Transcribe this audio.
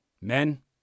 Men